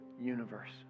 universe